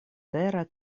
vera